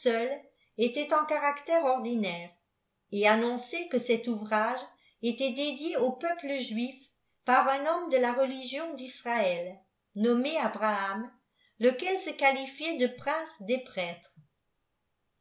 seule était en caractères ordiwambj c ainoûit que cet ouvrage était dédié au peuple juif psyr un bobudoe de la religion d'israël nommé abraham lequel se iftflifimt de pïince des prêtres